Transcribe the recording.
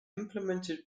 implemented